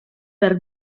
per